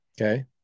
Okay